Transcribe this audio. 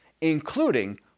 including